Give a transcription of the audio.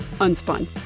Unspun